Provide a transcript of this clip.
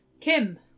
Kim